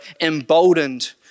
emboldened